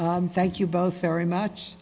thank you both very much